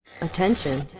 Attention